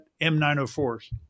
M904s